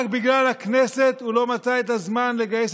רק בגלל הכנסת הוא לא מצא את הזמן לגייס